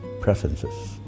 preferences